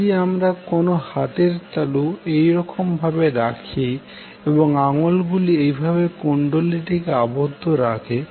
যদি আমাদের কোনও হাতের তালু এমনভাবে রাখি এবং আঙ্গুল এইভাবে কুণ্ডলীটিকে আবদ্ধ রাখে